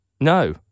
No